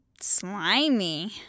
slimy